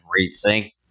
rethink